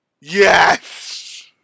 Yes